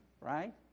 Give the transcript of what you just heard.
Right